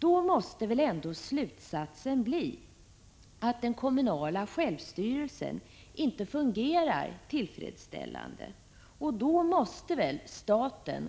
Då måste väl ändå slutsatsen bli att det kommunala självstyret inte fungerar tillfredsställande, och då måste staten